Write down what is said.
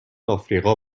آفریقا